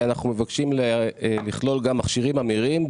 אנחנו מבקשים לכלול גם מכשירים אמירים,